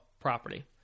property